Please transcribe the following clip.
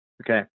Okay